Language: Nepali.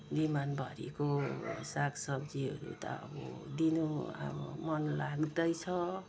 डिमान्डभरिको सागसब्जीहरू त अब दिनु अब मनलाग्दैछ